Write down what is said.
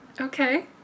Okay